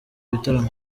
bitaramo